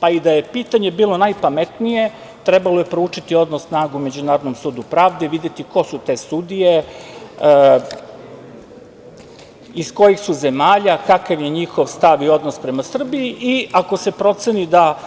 Pa i da je pitanje bilo najpametnije, trebalo je proučiti odnos snaga u Međunarodnom sudu pravde i videti ko su te sudije, iz kojih su zemalja, kakav je njihov stav i odnos prema Srbiji i ako se proceni da